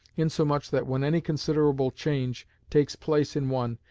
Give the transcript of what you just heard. insomuch that when any considerable change takes place in one,